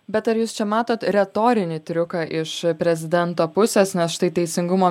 bet ar jūs čia matot retorinį triuką iš prezidento pusės nes štai teisingumo